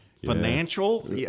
Financial